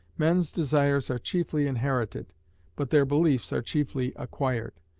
men's desires are chiefly inherited but their beliefs are chiefly acquired,